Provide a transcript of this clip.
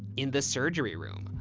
in the surgery room,